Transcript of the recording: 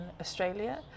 Australia